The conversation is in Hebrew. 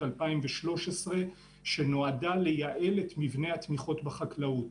2013 שנועדה לייעל את מבנה התמיכות בחקלאות,